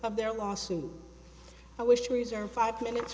of their lawsuit i wish to reserve five minutes